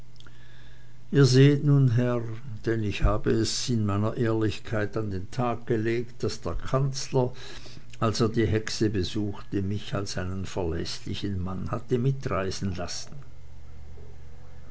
nun herr denn ich habe es in meiner ehrlichkeit an den tag gelegt daß der kanzler als er die hexe besuchte mich als einen verläßlichen mann hatte mitreiten lassen